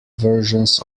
versions